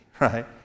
Right